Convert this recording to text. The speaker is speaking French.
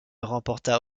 remporta